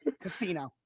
casino